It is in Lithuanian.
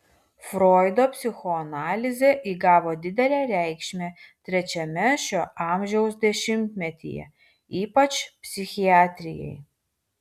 froido psichoanalizė įgavo didelę reikšmę trečiame šio amžiaus dešimtmetyje ypač psichiatrijai